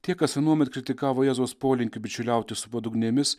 tie kas anuomet kritikavo jėzus polinkį bičiuliautis su padugnėmis